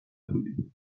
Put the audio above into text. بودیم